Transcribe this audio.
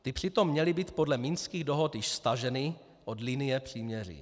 Ty přitom měly být podle minských dohod již staženy od linie příměří.